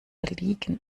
liegen